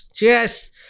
Yes